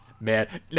Man